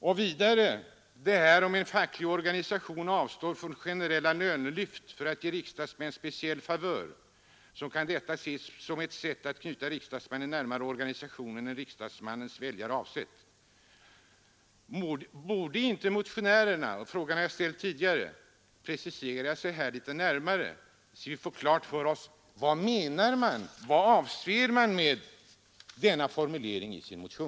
”Om det nämligen är så att en facklig organisation avstår från generella lönelyft för att ge riksdagsmän en speciell favör så kan detta ses som ett sätt att knyta riksdagsmannen närmare organisationen än riksdagsmannens väljare har avsett.” Borde inte motionärerna — den frågan har jag ställt tidigare — precisera sig litet närmare så att vi får klart för oss vad de menar med denna formulering i sin motion?